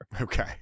Okay